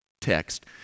text